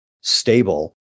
stable